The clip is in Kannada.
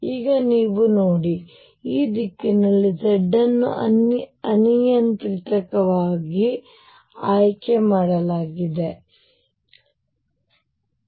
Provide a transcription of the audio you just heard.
ಈಗ ನೀವು ನೋಡಿ ಈ ದಿಕ್ಕಿನಲ್ಲಿ z ಅನ್ನು ಅನಿಯಂತ್ರಿತವಾಗಿ ಆಯ್ಕೆ ಮಾಡಲಾಗಿದೆ z ಅನ್ನು ಅನಿಯಂತ್ರಿತವಾಗಿ ಆಯ್ಕೆ ಮಾಡಲಾಗಿದೆ